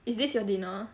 is this your dinner